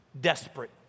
desperate